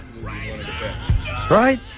Right